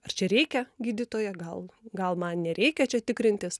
ar čia reikia gydytoja gal gal man nereikia čia tikrintis